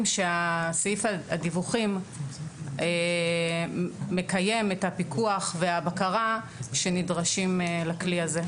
שסעיף הדיווחים מקיים את הפיקוח והבקרה שנדרשים לכלי הזה.